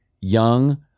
young